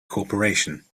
corporation